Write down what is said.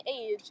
age